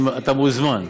אתה מוזמן.